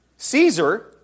Caesar